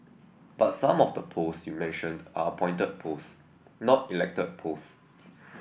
but some of the posts you mentioned are appointed posts not elected posts